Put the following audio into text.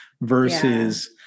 versus